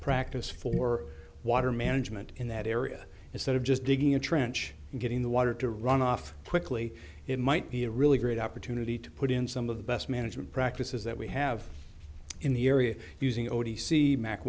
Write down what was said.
practice for water management in that area instead of just digging a trench and getting the water to run off quickly it might be a really great opportunity to put in some of the best management practices that we have in the area using o